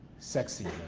sexy